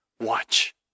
watch